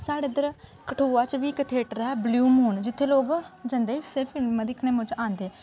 साढ़े इत्थै कठुआ च बी इक थियेटर ऐ व्यू मून जित्थै लोग जंदे सिर्फ फिल्मा दिक्खनें मुजब औंदे